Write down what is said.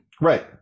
Right